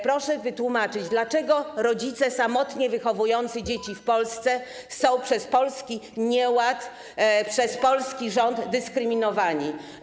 Proszę wytłumaczyć, dlaczego rodzice samotnie wychowujący dzieci w Polsce są przez polski nieład, przez polski rząd dyskryminowani.